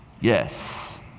Yes